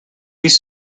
these